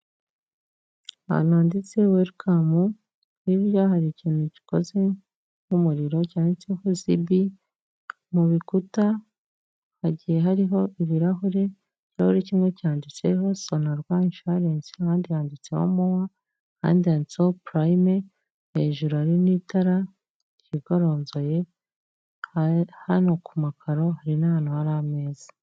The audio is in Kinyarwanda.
Ahantu handitse werikamu, hirya hari ikintu gikoze nk'umuriro cyanditseho ZIBI, mu bikuta hagiye hariho ibirahure, ikirahure kimwe cyanditseho SONARWA Inshuwarensi, ahandi handitseho wa MUA, ahandi handitseho purayime, hejuru hari n'itara ryigoronzoye, hano ku makaro hari n'hantu hari ameza.